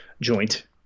joint